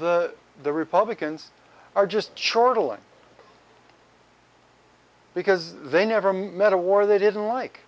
the the republicans are just chortling because they never met a war they didn't like